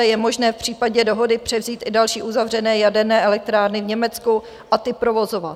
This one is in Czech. Je možné v případě dohody převzít i další uzavřené jaderné elektrárny v Německu a ty provozovat.